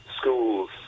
schools